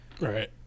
Right